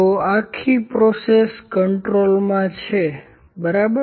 તેથી આખી પ્રોસેસ કન્ટ્રોલમાં છે બરાબર